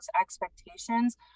expectations